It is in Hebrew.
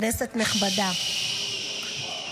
כנסת נכבדה,